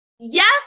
yes